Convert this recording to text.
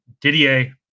Didier